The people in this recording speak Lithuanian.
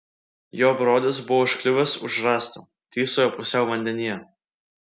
jo brolis buvo užkliuvęs už rąsto tysojo pusiau vandenyje